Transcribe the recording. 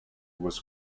was